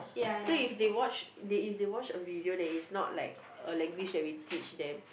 so if they watch if they watch a video that is not like a language that we teach them